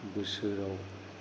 बोसोराव